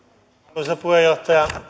arvoisa puheenjohtaja